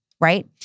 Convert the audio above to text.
right